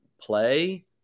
play